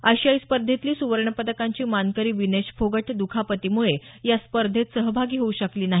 आशियाई स्पर्धेतली सुवर्णपदकांची मानकरी विनेश फोगट दुखापतीमुळे या स्पर्धेत सहभागी होऊ शकली नाही